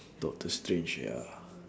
doctor strange ya